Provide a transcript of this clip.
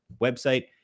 website